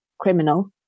criminal